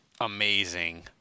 amazing